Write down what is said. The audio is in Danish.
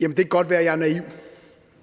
det kan godt være, at jeg er naiv,